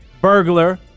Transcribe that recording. Burglar